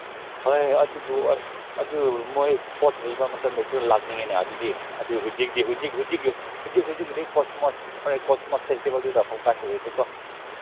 ꯍꯣꯏ ꯑꯗꯨꯕꯨ ꯑꯁ ꯑꯗꯨ ꯃꯣꯏ ꯄꯣꯠ ꯂꯩꯕ ꯃꯇꯝꯗꯁꯨ ꯂꯥꯛꯅꯤꯡꯉꯤꯅꯦ ꯑꯗꯨꯗꯤ ꯑꯗꯨ ꯍꯧꯖꯤꯛꯇꯤ ꯍꯧꯖꯤꯛ ꯍꯧꯖꯤꯛ ꯍꯧꯖꯤꯛꯀꯤꯗꯤ ꯀꯣꯁꯃꯣꯁ ꯀꯣꯁꯃꯣꯁ ꯐꯦꯁꯇꯤꯚꯦꯜꯗꯨꯗ ꯐꯣꯀꯁ ꯇꯧꯔꯁꯤꯀꯣ